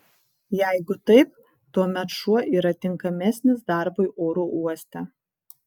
jeigu taip tuomet šuo yra tinkamesnis darbui oro uoste